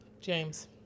james